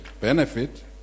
benefit